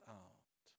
out